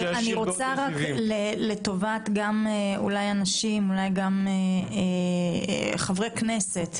לטובת אנשים וחברי כנסת,